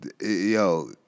Yo